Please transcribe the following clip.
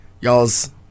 y'all's